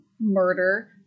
murder